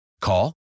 Call